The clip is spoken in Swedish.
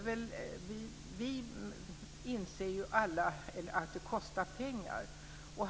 Vi inser ju alla att det kostar pengar.